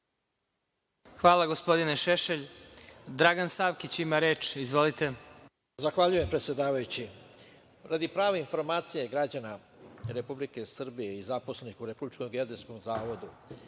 Hvala, gospodine Šešelj. Dragan Savkić ima reč. Izvolite. **Dragan Savkić** Zahvaljujem, predsedavajući. Radi prave informacije građana Republike Srbije i zaposlenih u Republičkom